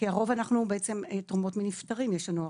הרוב אנחנו בעצם, תרומות מנפטרים יש לנו.